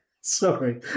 Sorry